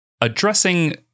addressing